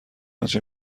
آنچه